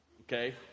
okay